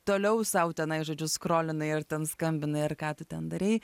toliau sau tenai žodžiu skrolinai ir ten skambinai ar ką tu ten darei